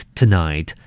tonight